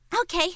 okay